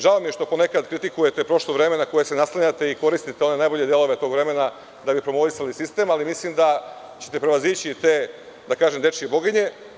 Žao mi je što ponekada kritikujete prošlo vreme na koje se naslanjate i koristite najbolje delove tog vremena da biste promovisali sistem, ali mislim da ćete prevazići te dečije boginje.